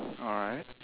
alright